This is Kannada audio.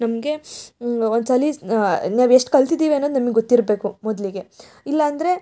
ನಮಗೆ ಒಂದ್ಸಲ ನಾವು ಎಷ್ಟು ಕಲ್ತಿದ್ದೀವಿ ಅನ್ನೋದು ನಮ್ಗೆ ಗೊತ್ತಿರಬೇಕು ಮೊದಲಿಗೆ ಇಲ್ಲಂದರೆ